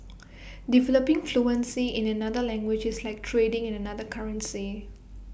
developing fluency in another language is like trading in another currency